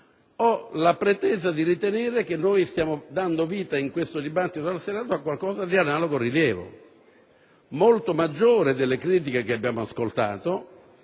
Ho la pretesa di ritenere che stiamo dando vita, in questo dibattito al Senato, a qualcosa di analogo rilievo, molto maggiore delle critiche che abbiamo ascoltato,